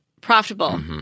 profitable